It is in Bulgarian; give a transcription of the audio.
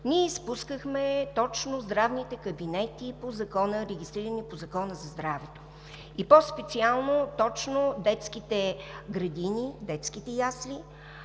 ние изпускахме точно здравните кабинети, регистрирани по Закона за здравето и по-специално точно детските градини, детските ясли,